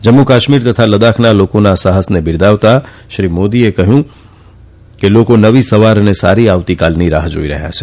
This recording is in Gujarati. જમ્મુ કાશ્મીર તથા લદાખના લોકોના સાફસને બિરદાવતાં શ્રી મોદીએ કહ્યું કે લોકો નવી સવાર ને સારી આવતીકાલની રાહ જાઈ રહયાં છે